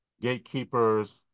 gatekeepers